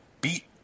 beat